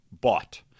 bought